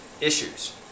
issues